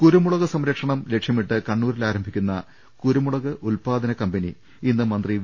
കുരുമുളക് സംരക്ഷണം ലക്ഷ്യമിട്ട് കണ്ണൂരിൽ ആരംഭിക്കുന്ന കുരുമുളക് ഉൽപ്പാദന കമ്പനി ഇന്ന് മന്ത്രി വി